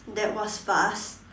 that was fast